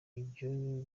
ibyo